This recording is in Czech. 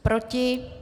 Proti?